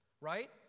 right